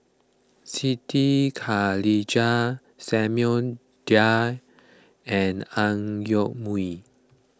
Siti Khalijah Samuel Dyer and Ang Yoke Mooi